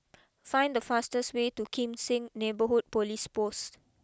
find the fastest way to Kim Seng Neighbourhood police post